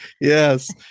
Yes